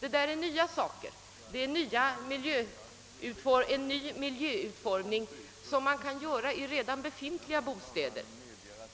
Det där är nya saker som man kan åstadkomma i redan befintliga bostadsområden,